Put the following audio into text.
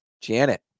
Janet